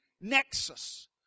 nexus